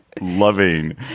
loving